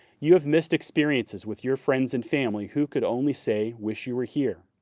you have missed experiences with your friends and family who could only say, wish you were here.